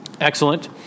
Excellent